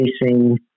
facing